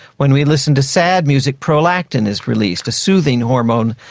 when we listen to sad music, prolactin is released, a soothing hormone.